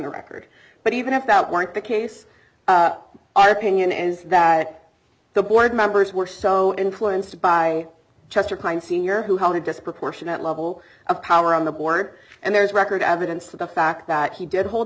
the record but even if that weren't the case our opinion is that the board members were so influenced by chester kind senior who held a disproportionate level of power on the board and there's record evidence to the fact that he did hold